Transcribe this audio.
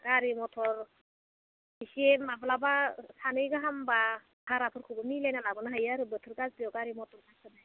गारिम मथर एसे माब्लाबा सानै गाहामब्ला भाराफोरखोबो मिलायना लाबोनो हायो आरो बोथोर गाज्रियाव गारि मथरफोरखौ